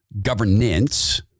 governance